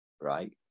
right